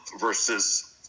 versus